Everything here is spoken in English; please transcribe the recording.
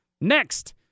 next